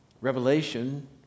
Revelation